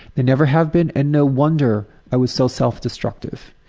they never have been and no wonder i was so self-destructive.